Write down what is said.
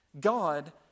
God